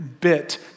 bit